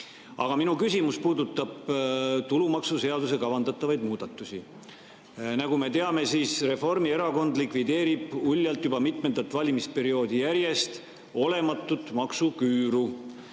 Minu küsimus puudutab tulumaksuseaduse puhul kavandatavaid muudatusi. Nagu me teame, Reformierakond likvideerib uljalt juba mitmendat valimisperioodi järjest olematut maksuküüru